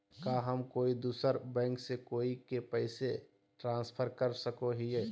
का हम कोई दूसर बैंक से कोई के पैसे ट्रांसफर कर सको हियै?